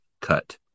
Cut